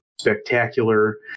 spectacular